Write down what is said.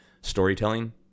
storytelling